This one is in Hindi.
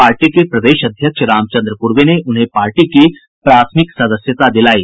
पार्टी के प्रदेश अध्यक्ष रामचन्द्र पूर्वे ने उन्हें पार्टी की प्राथमिक सदस्यता दिलायी